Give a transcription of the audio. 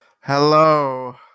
Hello